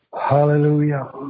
Hallelujah